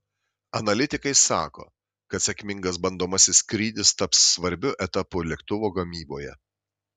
analitikai sako kad sėkmingas bandomasis skrydis taps svarbiu etapu lėktuvo gamyboje